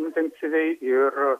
intensyviai ir